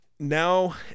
Now